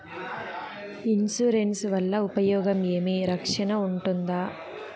Insurance వల్ల ఉపయోగం ఏమి? రక్షణ ఉంటుందా?